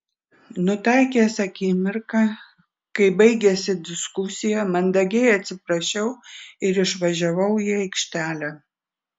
nutaikęs akimirką kai baigėsi diskusija mandagiai atsiprašiau ir išvažiavau į aikštelę